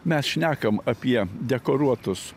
mes šnekam apie dekoruotus